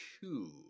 two